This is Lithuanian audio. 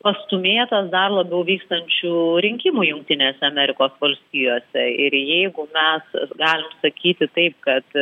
pastūmėtas dar labiau vykstančių rinkimų jungtinėse amerikos valstijose ir jeigu mes galim sakyti taip kad